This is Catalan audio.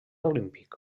olímpic